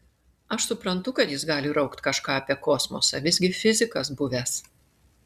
aš suprantu kad jis gali raukt kažką apie kosmosą visgi fizikas buvęs